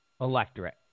electorate